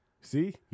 See